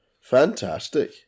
Fantastic